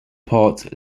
part